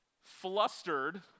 Flustered